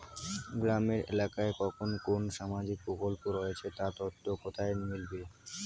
গ্রামের এলাকায় কখন কোন সামাজিক প্রকল্প রয়েছে তার তথ্য কোথায় মিলবে?